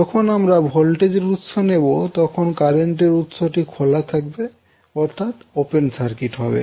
যখন আমরা ভোল্টেজের উৎস নেবো তখন কারেন্টের উৎসটি খোলা থাকবে অর্থাৎ ওপেন সার্কিট হবে